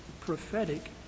prophetic